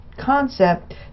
concept